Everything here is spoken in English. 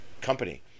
company